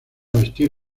vestir